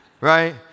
right